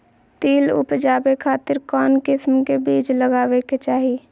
तिल उबजाबे खातिर कौन किस्म के बीज लगावे के चाही?